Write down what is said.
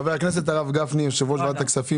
חבר הכנסת, הרב גפני, יושב-ראש ועדת הכספים